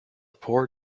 poor